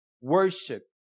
Worship